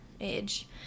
age